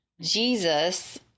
Jesus